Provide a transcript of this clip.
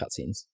cutscenes